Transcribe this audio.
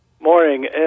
Morning